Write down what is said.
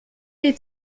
die